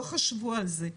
לא חשבו על זה.